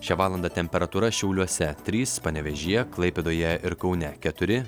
šią valandą temperatūra šiauliuose trys panevėžyje klaipėdoje ir kaune keturi